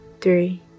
three